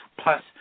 plus